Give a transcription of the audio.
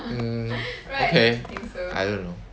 mm okay I don't know